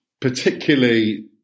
particularly